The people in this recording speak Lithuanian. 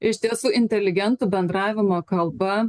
iš tiesų inteligentų bendravimo kalba